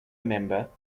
member